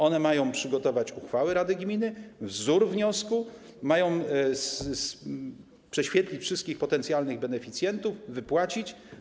One mają przygotować uchwały rad gmin, wzór wniosku, mają prześwietlić wszystkich potencjalnych beneficjentów, wypłacić.